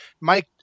Mike